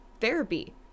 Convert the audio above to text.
therapy